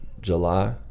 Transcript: July